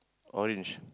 orange